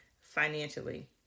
financially